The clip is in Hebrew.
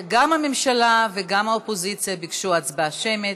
גם הממשלה וגם האופוזיציה ביקשו הצבעה שמית,